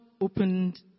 opened